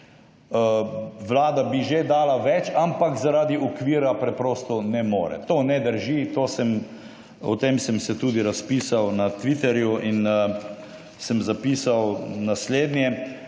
Vlada bi že dala več, ampak zaradi okvira preprosto ne more. To ne drži, o tem se tudi razpisal na Twitterju in sem zapisal naslednje: